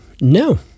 No